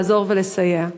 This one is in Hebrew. לעזור ולסייע.